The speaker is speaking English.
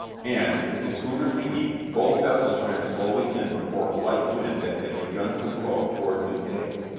and, with the schooner leading, both vessels ran slowly in before a light wind that had begun to blow toward midday.